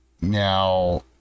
Now